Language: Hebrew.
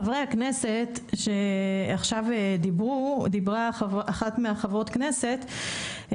חברי הכנסת שעכשיו דיברו, דיברה אחת מהחברות כנסת,